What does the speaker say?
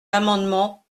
l’amendement